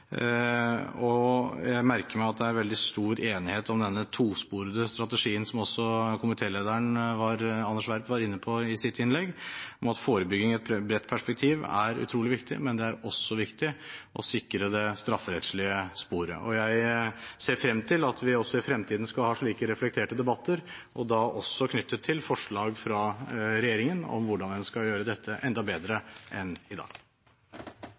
for. Jeg merker meg at det er veldig stor enighet om denne tosporede strategien som også komiténestlederen Anders B. Werp var inne på i sitt innlegg, om at forebygging i et bredt perspektiv er utrolig viktig, men at det også er viktig å sikre det strafferettslige sporet. Jeg ser frem til at vi også i fremtiden skal ha slike reflekterte debatter, og da også knyttet til forslag fra regjeringen om hvordan man skal gjøre dette enda bedre enn i dag.